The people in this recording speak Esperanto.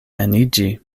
eniĝi